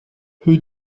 who